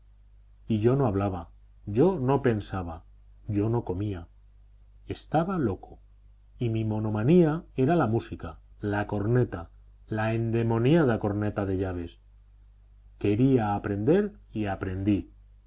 y yo no hablaba yo no pensaba yo no comía estaba loco y mi monomanía era la música la corneta la endemoniada corneta de llaves quería aprender y aprendí